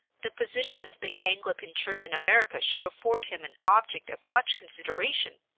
the position of the anglican church in america should afford him an object of much consideration.